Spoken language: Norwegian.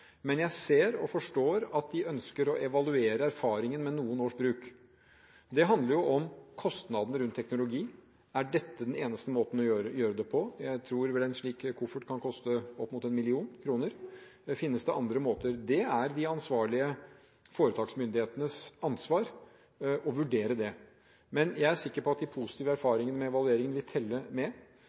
Men jeg ser og forstår at de ønsker å evaluere erfaringen etter noen års bruk. Det handler om kostnaden rundt teknologi. Er dette den eneste måten å gjøre det på? Jeg tror vel en slik koffert kan koste opp mot 1 mill. kr. Finnes det andre måter? Det er det de ansvarlige foretaksmyndighetenes ansvar å vurdere. Men jeg er sikker på at de positive erfaringene ved evalueringen vil telle med.